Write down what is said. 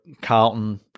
Carlton